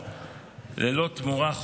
התשפ"ד 2023,